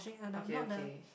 okay okay